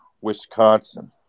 Wisconsin